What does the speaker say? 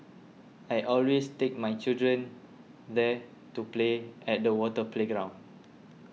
I always take my children there to play at the water playground